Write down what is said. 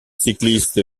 cycliste